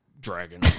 dragon